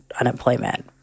unemployment